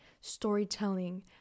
Storytelling